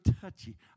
touchy